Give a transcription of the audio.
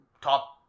top